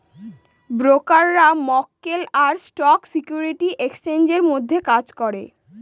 ব্রোকাররা মক্কেল আর স্টক সিকিউরিটি এক্সচেঞ্জের মধ্যে কাজ করে